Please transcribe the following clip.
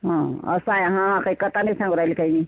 हं असं आहे हं काही करताना सांगू राहिले काय मी